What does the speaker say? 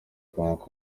kunguka